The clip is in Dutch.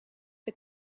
het